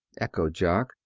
echoed jock.